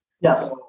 Yes